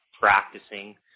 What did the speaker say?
practicing